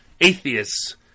atheists